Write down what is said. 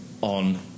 on